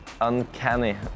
uncanny